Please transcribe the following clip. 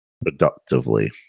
Productively